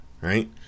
right